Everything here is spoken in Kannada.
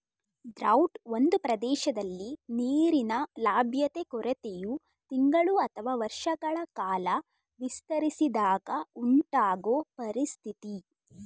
ಡ್ರೌಟ್ ಒಂದು ಪ್ರದೇಶದಲ್ಲಿ ನೀರಿನ ಲಭ್ಯತೆ ಕೊರತೆಯು ತಿಂಗಳು ಅಥವಾ ವರ್ಷಗಳ ಕಾಲ ವಿಸ್ತರಿಸಿದಾಗ ಉಂಟಾಗೊ ಪರಿಸ್ಥಿತಿ